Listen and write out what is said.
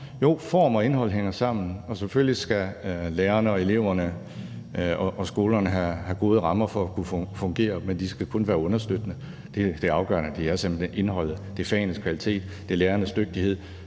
Jo, form og indhold hænger sammen, og selvfølgelig skal lærerne og eleverne og skolerne have gode rammer for at kunne fungere, men de skal kun være understøttende. Det afgørende er simpelt hen indholdet, det er fagenes kvalitet, det er lærernes dygtighed,